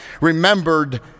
remembered